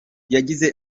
yagize